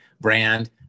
brand